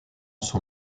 son